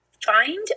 find